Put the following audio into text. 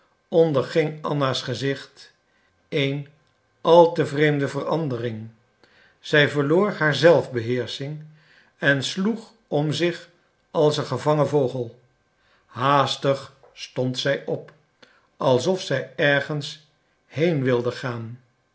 onderging anna's gezicht een al te vreemde verandering zij verloor haar zelfbeheersching en sloeg om zich als een gevangen vogel haastig stond zij op alsof zij ergens heen wilde gaan